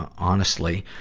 honestly.